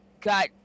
got